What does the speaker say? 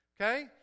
okay